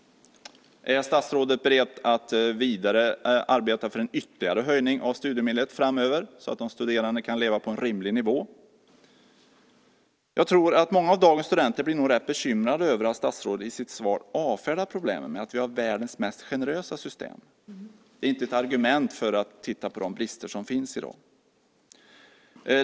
Är statsrådet beredd att vidare arbeta för en ytterligare höjning av studiemedlet framöver så att de studerande kan leva på en rimlig nivå? Jag tror att många av dagens studenter blir bekymrade över att statsrådet i sitt svar avfärdar problemen med att vi har världens mest generösa system. Det är inte ett argument för att titta på de brister som finns i dag.